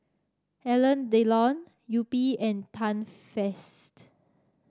Alain Delon Yupi and Too Faced